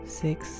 six